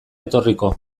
etorriko